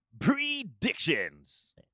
predictions